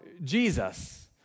Jesus